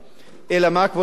אלא מה, כבוד היושב-ראש?